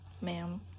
Ma'am